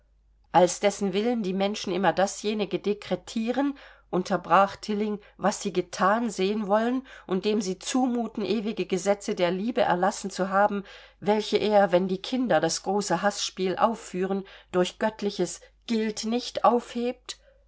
als dessen willen die menschen immer dasjenige dekretieren unterbrach tilling was sie gethan sehen wollen und dem sie zumuten ewige gesetze der liebe erlassen zu haben welche er wenn die kinder das große haßspiel aufführen durch göttliches gilt nicht aufhebt